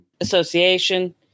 association